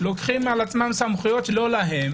לוקחים על עצמם סמכויות לא להם?